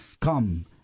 Come